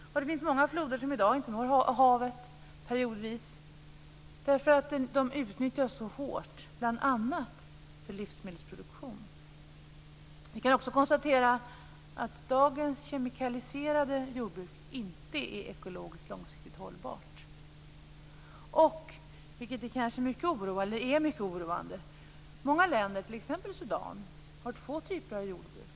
Det finns många floder som i dag inte når havet periodvis därför att de utnyttjas så hårt, bl.a. för livsmedelsproduktion. Vi kan också konstatera att dagens kemikaliserade jordbruk inte är ekologiskt långsiktigt hållbart. Det är också mycket oroande att många länder, t.ex. Sudan, har två typer av jordbruk.